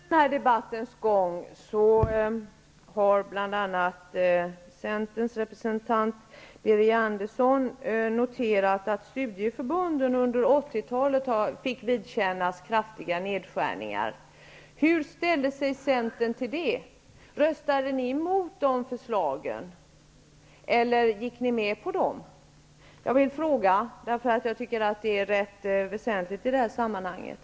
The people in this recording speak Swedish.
Fru talman! Under den här debattens gång har bl.a. Centerns representant Birger Andersson noterat att studieförbunden fick vidkännas kraftiga nedskärningar under 80-talet. Hur ställde sig Centern till det? Röstade ni emot de förslagen eller gick ni med på dem? Jag ställer frågan eftersom jag tycker att det är ganska väsentligt i sammanhanget.